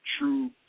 True